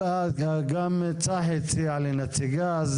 גם צחי הציע לי נציגה.